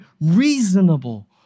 reasonable